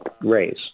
raise